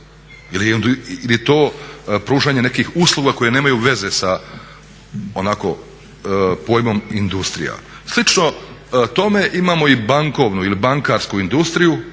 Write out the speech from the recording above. Ili je to pružanje nekih usluga koje nemaju veze sa onako pojmom industrija. Slično tome imamo i bankovnu ili bankarsku industriju